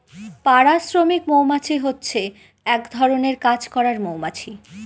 পাড়া শ্রমিক মৌমাছি হচ্ছে এক ধরনের কাজ করার মৌমাছি